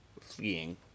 fleeing